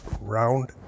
round